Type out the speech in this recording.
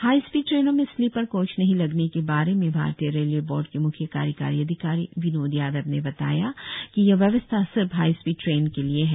high speed ट्रेनों में sleeper coach नहीं लगने के बारे में भारतीय रेलवे बोर्ड के मुख्य कार्यकारी अधिकारी विनोद यादव ने बताया कि यह व्यवस्था सिर्फ हाई स्पीड ट्रेन के लिए है